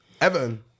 Everton